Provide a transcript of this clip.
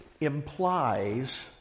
implies